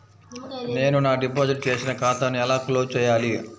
నేను నా డిపాజిట్ చేసిన ఖాతాను ఎలా క్లోజ్ చేయాలి?